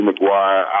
McGuire